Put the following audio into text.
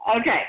Okay